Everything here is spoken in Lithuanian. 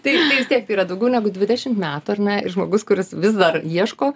tai tai vis tiek tai yra daugiau negu dvidešim metų ar ne ir žmogus kuris vis dar ieško